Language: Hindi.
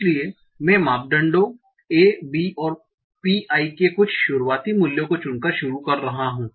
इसलिए मैं मापदंडों A B और pi के कुछ शुरुआती मूल्यों को चुनकर शुरू कर रहा हूं